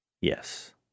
yes